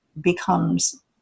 becomes